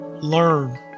learn